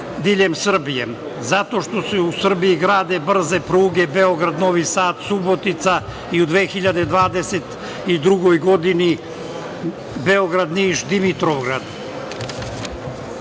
diljem Srbije, zato što se u Srbiji grade brze pruge Beograd-Novi Sad, Subotica i u 2022. godini Beograd-Niš-Dimitrovgrad,